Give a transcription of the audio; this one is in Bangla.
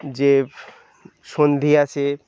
যে সন্ধি আছে